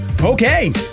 Okay